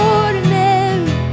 ordinary